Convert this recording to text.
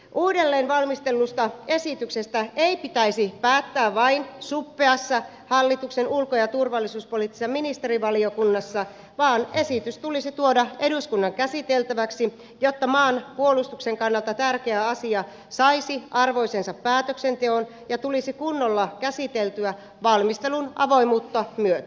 uudelleenvalmistellusta esityksestä ei pitäisi päättää vain suppeassa hallituksen ulko ja turvallisuuspoliittisessa ministerivaliokunnassa vaan esitys tulisi tuoda eduskunnan käsiteltäväksi jotta maan puolustuksen kannalta tärkeä asia saisi arvoisensa päätöksenteon ja tulisi kunnolla käsiteltyä valmistelun avoimuutta myöten